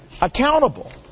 accountable